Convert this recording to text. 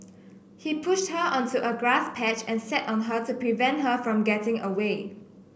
he pushed her onto a grass patch and sat on her to prevent her from getting away